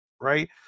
Right